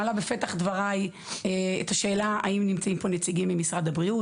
אני מעלה בפתח דבריי את השאלה האם נמצאים פה נציגים ממשרד הבריאות.